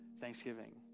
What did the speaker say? thanksgiving